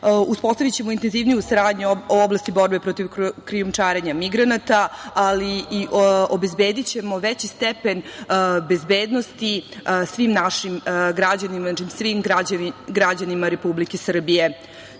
zemlje. Uspostavićemo intenzivniju saradnju u oblasti borbe protiv krijumčarenja migranata, ali i obezbedićemo veći stepen bezbednosti svim našim građanima, znači svim građanima Republike Srbije. Svet